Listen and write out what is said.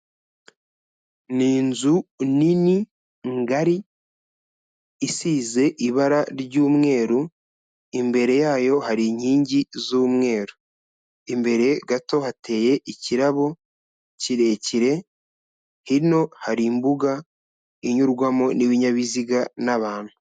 Ni inzu nini ngari isize ibara ry'umweru, imbere yayo hari inkingi z'umweru, imbere gato hateye ikirabo kirekire, hino hari imbuga inyurwamo n'ibinyabiziga n'abantu.